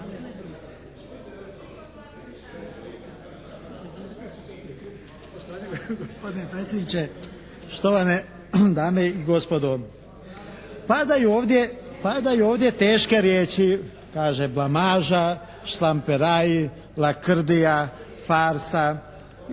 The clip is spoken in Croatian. Padaju ovdje teške riječi. Kaže blamaža, štamperaj, lakrdija, farsa